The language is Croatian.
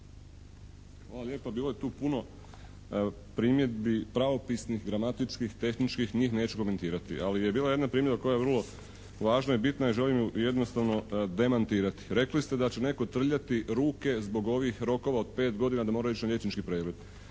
Hvala lijepo. Bilo je tu puno primjedbi pravopisnih, gramatičkih, tehničkih njih neću komentirati. Ali je bila jedna primjedba koja je vrlo važna i bitna i želim ju jednostavno demantirati. Rekli ste da će netko trljati ruke zbog ovih rokova od 5 godina da moraju ići na liječnički pregled.